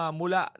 mula